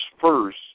first